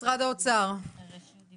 משרד האוצר, בבקשה.